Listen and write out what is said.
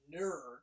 nerd